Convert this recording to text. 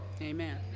Amen